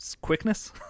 quickness